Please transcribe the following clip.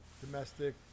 domestic